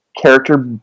character